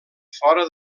fora